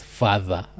father